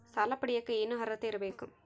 ಸಾಲ ಪಡಿಯಕ ಏನು ಅರ್ಹತೆ ಇರಬೇಕು?